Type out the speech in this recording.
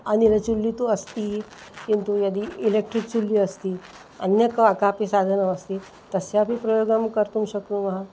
अनिलचुल्ली तु अस्ति किन्तु यदि इलेक्ट्रिक् चुल्ली अस्ति अन्यत् का कापि साधनमस्ति तस्यापि प्रयोगं कर्तुं शक्नुमः